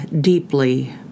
deeply